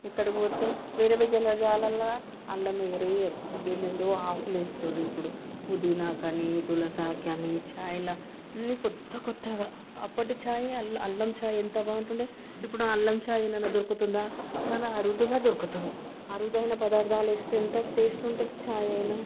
ఎక్కడికి పోతే వేరే వేరే జాగలలో అల్లం వేయనే వేయరు ఏంటెంటో ఆకులు వేస్తున్నారు ఇప్పుడు పుదీనా ఆకు అని తులసి ఆకు అని చాయ్లో అన్ని కొత్త కొత్తగా అప్పటి చాయ్ అల్లం చాయ్ ఎంత బాగుండేది ఇప్పుడు అల్లం చాయ్ ఎక్కడైనా దొరుకుతుందా చాలా అరుదుగా దొరుకుతుంది అరుదైన పదార్థాలు వేస్తే ఎంత టేస్ట్ ఉంటుంది చాయ్ అయినా